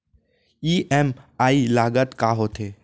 EMI लागत का होथे?